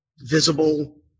visible